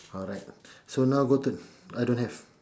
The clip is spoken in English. alright so now go to I don't have